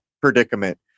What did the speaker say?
predicament